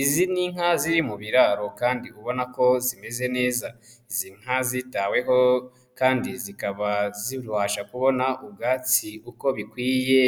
Izi ni inka ziri mu biraro kandi ubona ko zimeze neza, izi nka zitaweho kandi zikaba zibasha kubona ubwatsi uko bikwiye